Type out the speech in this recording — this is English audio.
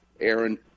Aaron